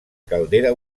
caldera